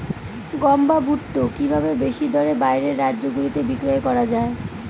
গম বা ভুট্ট কি ভাবে বেশি দরে বাইরের রাজ্যগুলিতে বিক্রয় করা য়ায়?